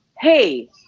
hey